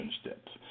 steps